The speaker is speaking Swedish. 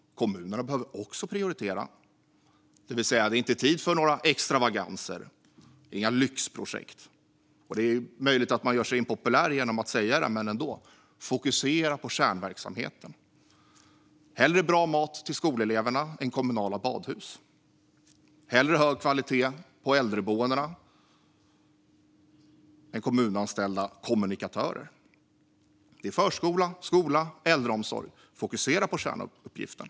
Kommunerna behöver också prioritera. Det är alltså inte tid för några extravaganser eller lyxprojekt. Det är möjligt att man gör sig impopulär genom att säga detta, men ändå: Fokusera på kärnverksamheten! Hellre bra mat till skoleleverna än kommunala badhus. Hellre hög kvalitet på äldreboendena än kommunanställda kommunikatörer. Det handlar om förskola, skola och äldreomsorg. Fokusera på kärnuppgiften!